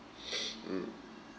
mm